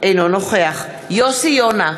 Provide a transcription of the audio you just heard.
אינו נוכח יוסי יונה,